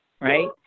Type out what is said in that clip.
right